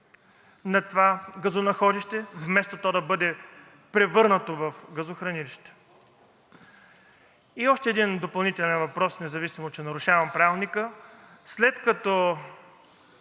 на това газонаходище, вместо то да бъде превърнато в газохранилище? И още един допълнителен въпрос, независимо че нарушавам Правилника. След като